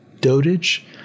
dotage